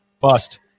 Bust